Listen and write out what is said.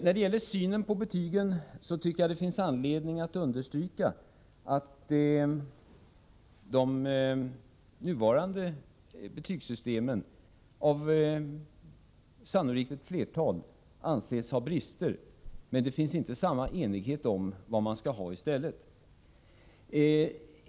När det gäller synen på betygen tycker jag det finns anledning att understryka att det nuvarande betygssystemet — sannolikt av ett flertal — anses ha brister, men att det inte finns samma enighet om vad man skall ha i stället.